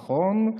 נכון,